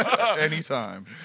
Anytime